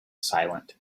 silent